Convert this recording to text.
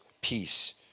peace